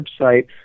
website